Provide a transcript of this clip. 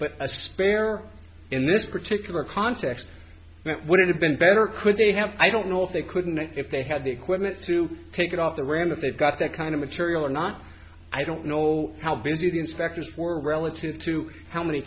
but a spare in this particular context that would have been better could they have i don't know if they couldn't if they had the equipment to pick it off the ram that they've got that kind of material or not i don't know how to do the inspectors for relative to how many